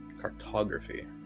Cartography